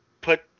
put